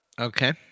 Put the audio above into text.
Okay